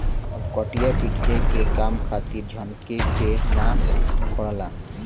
अब कटिया पिटिया के काम खातिर झनके के नाइ पड़ला